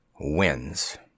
wins